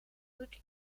druk